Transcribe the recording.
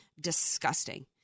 disgusting